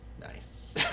nice